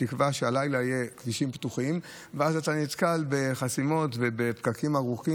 בלילה ואתה נתקל בעבודות בכביש ובחסימות בכביש.